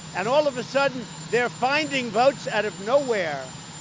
and all of a sudden, they're finding votes out of nowhere.